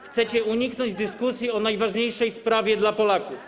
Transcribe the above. Chcecie uniknąć dyskusji o najważniejszej sprawie dla Polaków.